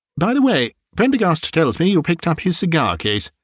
by the way prendergast tells me you picked up his cigar-case.